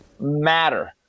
Matter